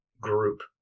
group